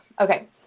Okay